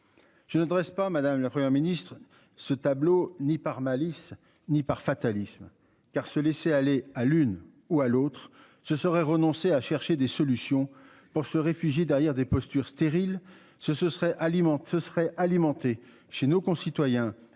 Je ne dresse pas madame, la Première ministre ce tableau ni par malice ni par fatalisme car se laisser aller à l'une ou à l'autre ce serait renoncer à chercher des solutions pour se réfugier derrière des postures stériles ce ce serait alimente ce serait